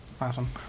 Awesome